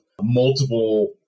multiple